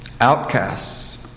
Outcasts